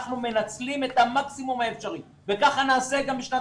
אנחנו מנצלים את המקסימום האפשרי וככה נעשה גם בשנת